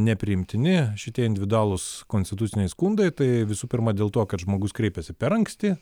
nepriimtini šitie individualūs konstituciniai skundai tai visų pirma dėl to kad žmogus kreipiasi per anksti